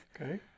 Okay